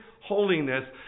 holiness